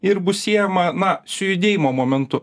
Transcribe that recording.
ir bus siejama na su judėjimo momentu